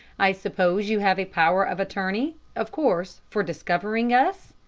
i suppose you have a power of attorney, of course, for discovering us?